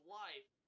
life